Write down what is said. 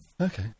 Okay